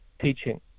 teaching